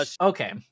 okay